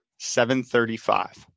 735